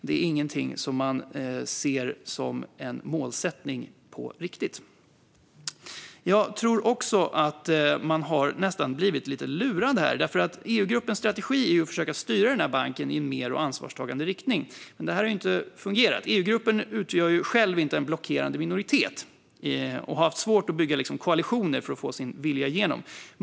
Det är inget man ser som en riktig målsättning. Jag tror att man har blivit lite lurad. EU-gruppens strategi är att försöka styra denna bank i en mer ansvarstagande riktning, men det har inte fungerat. EU utgör själv inte en blockerande minoritet och har haft svårt att bygga koalitioner för att få sin vilja igenom.